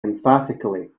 emphatically